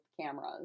cameras